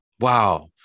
Wow